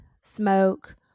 smoke